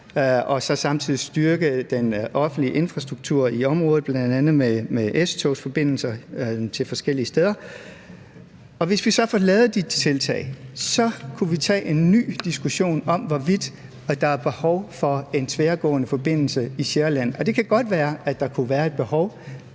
så samtidig styrker den offentlige infrastruktur i området, bl.a. med S-togsforbindelser til forskellige steder, og får gang i de tiltag, så kan vi tage en ny diskussion om, hvorvidt der er behov for en tværgående forbindelse på Sjælland. Det kunne godt være, at der kunne være et behov.